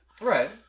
Right